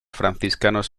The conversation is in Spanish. franciscanos